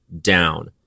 down